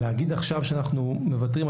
להגיד עכשיו שאנחנו מוותרים,